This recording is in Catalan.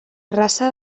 rasa